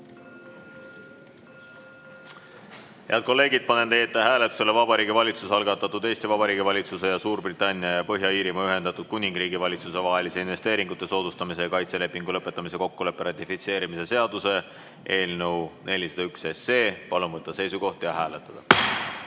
kolleegid, panen teie ette hääletusele Vabariigi Valitsuse algatatud Eesti Vabariigi Valitsuse ja Suurbritannia ja Põhja-Iirimaa Ühendatud Kuningriigi Valitsuse vahelise investeeringute soodustamise ja kaitse lepingu lõpetamise kokkuleppe ratifitseerimise seaduse eelnõu 401. Palun võtta seisukoht ja hääletada!